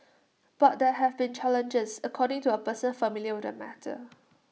but there have been challenges according to A person familiar with the matter